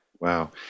Wow